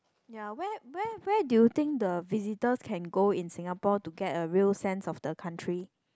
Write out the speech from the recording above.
ya where where where do you think the visitors can go in Singapore to get a real sense of the country